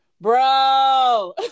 bro